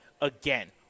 again